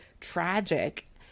tragic